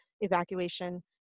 evacuation